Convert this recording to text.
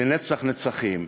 לנצח נצחים,